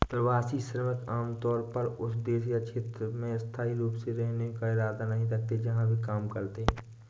प्रवासी श्रमिक आमतौर पर उस देश या क्षेत्र में स्थायी रूप से रहने का इरादा नहीं रखते हैं जिसमें वे काम करते हैं